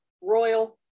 Royal